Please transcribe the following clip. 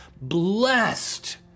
blessed